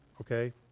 okay